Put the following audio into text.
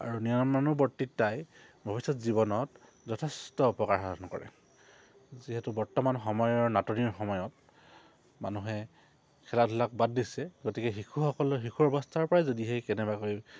আৰু নিয়মানুবৰ্তিতাই ভৱিষ্যত জীৱনত যথেষ্ট উপকাৰ সাধন কৰে যিহেতু বৰ্তমান সময়ৰ নাটনিৰ সময়ত মানুহে খেলা ধূলাক বাদ দিছে গতিকে শিশুসকলৰ শিশুৰ অৱস্থাৰ পৰাই যদি সেই কেনেবাকৈ